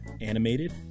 animated